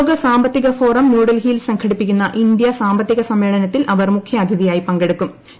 ലോക സാമ്പത്തീക ഫോറം ന്യൂഡൽഹിയിൽ സംഘടിപ്പിക്കുന്ന ഇന്ത്യ പ്രസാമ്പത്തിക സമ്മേളനത്തിൽ അവർ മുഖ്യാതിഥിയായി പങ്കെടുക്കൂർ